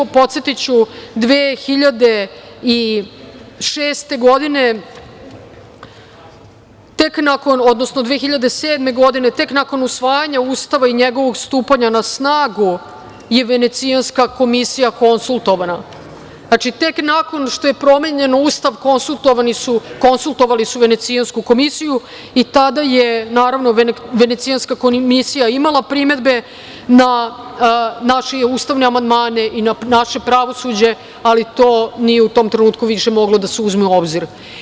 Podsetiću, 2007. godine, tek nakon usvajanja Ustava i njegovog stupanja na snagu je Venecijanska komisija konsultovana, znači tek nakon što je promenjen Ustav konsultovali su Venecijansku komisiju i tada je naravno Venecijanska komisija imala primedbe na naše ustavne amandmane i naše pravosuđe, ali to nije u tom trenutku više moglo da se uzme u obzir.